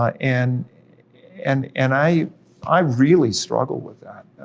ah and and and i i really struggle with that,